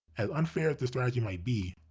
as unfair as this strategy might be,